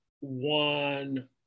one